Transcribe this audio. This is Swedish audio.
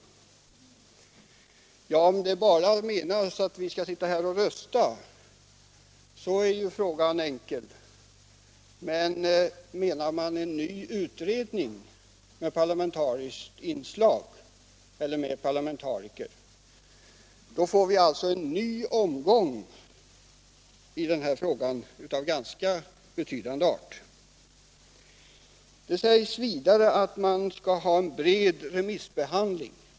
Om man med detta menar att vi bara skall rösta är frågan enkel, men menar man en ny utredning med parlamentariskt inslag eller med parlamentariker, får vi alltså en ny omgång i den här frågan av ganska betydande art. Det sägs vidare att man skall ha en bred remissbehandling.